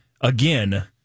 Again